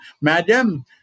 Madam